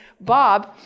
Bob